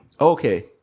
Okay